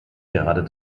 gerade